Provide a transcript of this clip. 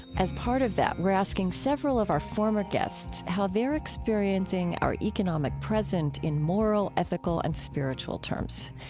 as part of that, we're asking several of our former guests how they're experiencing our economic present in moral, ethical, and spiritual terms.